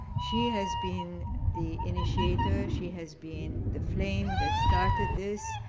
she has been the initiator. she has been the flame that started this,